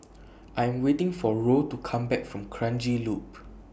I Am waiting For Roe to Come Back from Kranji Loop